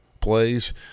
plays